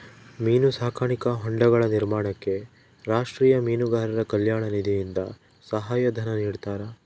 ಮೀನು ಸಾಕಾಣಿಕಾ ಹೊಂಡಗಳ ನಿರ್ಮಾಣಕ್ಕೆ ರಾಷ್ಟೀಯ ಮೀನುಗಾರರ ಕಲ್ಯಾಣ ನಿಧಿಯಿಂದ ಸಹಾಯ ಧನ ನಿಡ್ತಾರಾ?